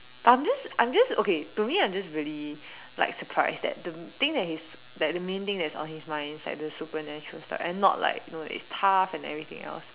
but I'm just I'm just okay to me I'm just really like surprised that the thing that his that the main thing that is on his mind is like the supernatural stuff and not like you know that it's tough and everything else